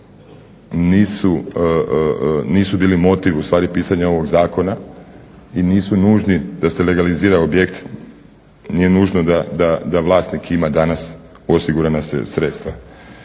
nisu bili motiv, u stvari pisanja ovog zakona i nisu nužni da se legalizira objekt, nije nužno da vlasnik ima danas osigurana sredstva.